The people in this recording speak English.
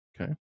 Okay